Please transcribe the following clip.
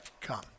come